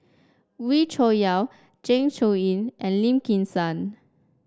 Wee Cho Yaw Zeng Shouyin and Lim Kim San